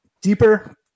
Deeper